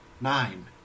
Nine